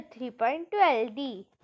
3.12D